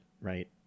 right